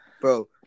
bro